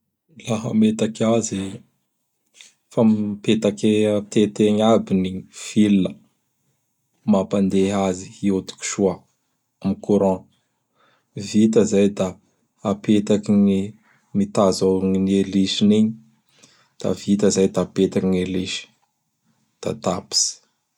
Laha hametaky azy. Fa mipetaky ae tety egny aby gny fil mampandeha azy hiodiky soa am courant. Vita izay da apetaky gny mitazo an'gny elisiny igny; da vita izay da apetaky gn' elisy. Da tapitsy!